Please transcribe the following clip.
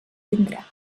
vindrà